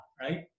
right